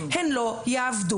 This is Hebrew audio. הן לא יעבדו.